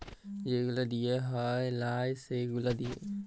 যে গুলা দিঁয়া হ্যয় লায় সে গুলা দিঁয়া